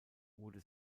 wurde